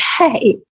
Okay